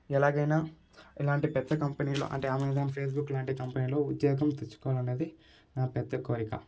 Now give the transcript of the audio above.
ఎలాగైనా ఇలాంటి పెద్ద కంపెనీలో అంటే అమెజాన్ పేస్బుక్ లాంటి కంపెనీలో ఉద్యోగం తెచ్చుకోవాలనేది నా పెద్ద కోరిక